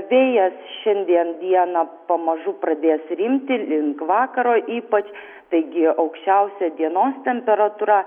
vėjęs šiandien dieną pamažu pradės rimti link vakaro ypač taigi aukščiausia dienos temperatūra